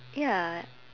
ya